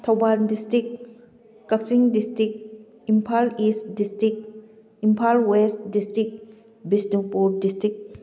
Thoubal district Kakching district Imphal East district Imphal West district Bishnupur district